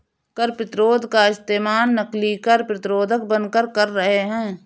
कर प्रतिरोध का इस्तेमाल नकली कर प्रतिरोधक बनकर कर रहे हैं